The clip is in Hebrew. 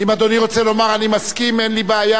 אם אדוני רוצה לומר "אני מסכים", אין לי בעיה.